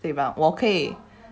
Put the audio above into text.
对吧我可以